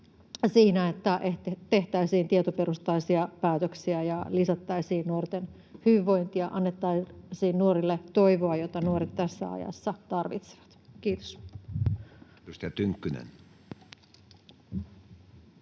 niin että tehtäisiin tietoperustaisia päätöksiä ja lisättäisiin nuorten hyvinvointia ja annettaisiin nuorille toivoa, jota nuoret tässä ajassa tarvitsevat. — Kiitos.